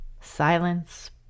Silence